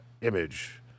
image